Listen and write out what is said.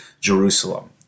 Jerusalem